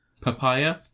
Papaya